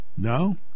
No